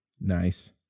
nice